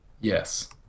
Yes